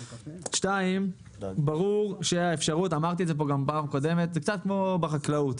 ברור שזה קצת כמו בחקלאות.